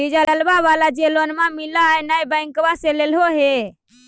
डिजलवा वाला जे लोनवा मिल है नै बैंकवा से लेलहो हे?